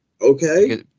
okay